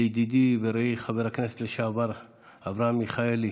לידידי ורעי חבר הכנסת לשעבר אברהם מיכאלי,